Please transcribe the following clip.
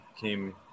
came